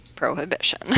prohibition